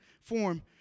form